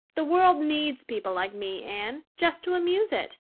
the world needs people like me, anne, just to amuse it.